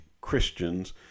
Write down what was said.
Christians